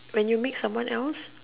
when you meet someone else